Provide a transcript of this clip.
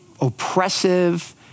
oppressive